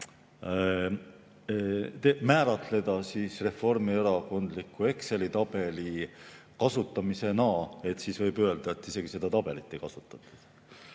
määratleda reformierakondliku Exceli tabeli kasutamisena, siis võib öelda, et seda tabelit ei kasutatud.